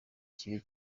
kibe